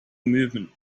movement